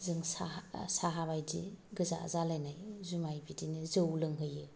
जों साहा साहा बायदि गोजा जालायनाय जुमाइ बिदिनो जौ लोंहैयो